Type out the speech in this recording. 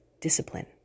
discipline